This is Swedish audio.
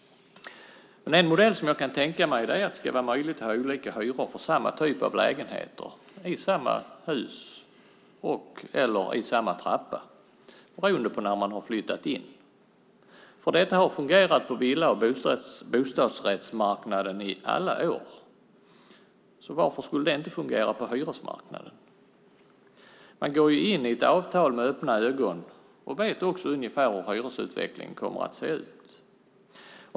En modell som jag kan tänka mig är att det ska vara möjligt att ha olika hyror för samma typ av lägenhet i samma hus och i samma trappa, beroende på när man har flyttat in. Detta har fungerat på villa och bostadsrättsmarknaden i alla år, så varför skulle det inte fungera på hyresmarknaden? Man går ju in i ett avtal med öppna ögon och vet ungefär hur hyresutvecklingen kommer att se ut.